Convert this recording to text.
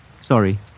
sorry